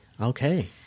Okay